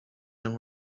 them